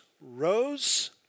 rose